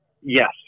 Yes